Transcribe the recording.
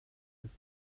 ist